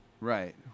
right